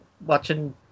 watching